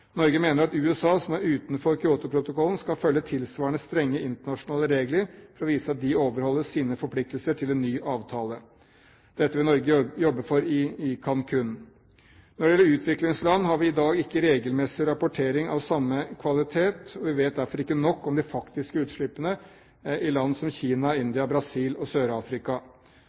Norge mener at USA, som er utenfor Kyotoprotokollen, skal følge tilsvarende strenge internasjonale regler for å vise at de overholder sine forpliktelser i en ny avtale. Dette vil Norge jobbe for i Cancún. For utviklingsland har vi i dag ikke regelmessig rapportering av samme kvalitet, og vi vet derfor ikke nok om de faktiske utslippene i land som Kina, India, Brasil og